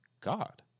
God